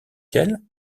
qu’elle